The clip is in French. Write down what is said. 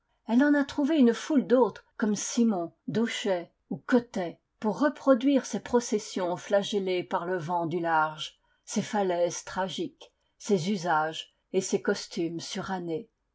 elle en a trouvé une foule d'autres comme simon dauchez ou cottet pour reproduire ses processions flagellées par le vent du large ses falaises tragiques ses usages et ses costumes surannés